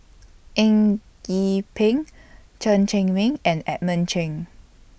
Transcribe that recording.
Eng Gee Peng Chen Cheng Mei and Edmund Cheng